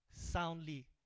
soundly